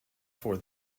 for